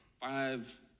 five